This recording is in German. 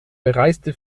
bereiste